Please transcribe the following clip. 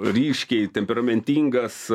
ryškiai temperamentingas